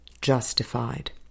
justified